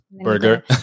burger